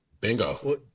Bingo